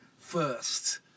first